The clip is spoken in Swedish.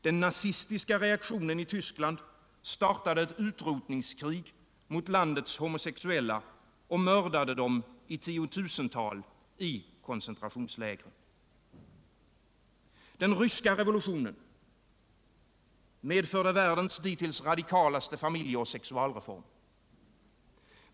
Den nazistiska reaktionen i Tyskland startade ett utrotningskrig mot landets homosexuella och mördade dem i tiotusental i koncentrationslägren. Den ryska revolutionen medförde däremot världens dittills radikalaste familjeoch sexualreform.